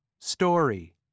Story